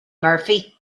murphy